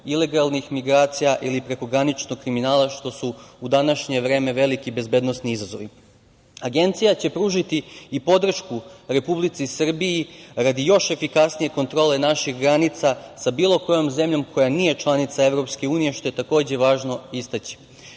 ilegalnih migracija ili preko graničnog kriminala, što su u današnje vreme veliki bezbednosni izazovi. Agencija će pružiti i podršku Republici Srbiji, radi još efikasnije kontrole naših granica sa bilo kojom zemljom koja nije članica EU, što je takođe važno istaći. Ali,